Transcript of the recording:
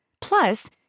Plus